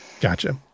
Gotcha